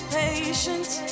patience